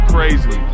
Crazy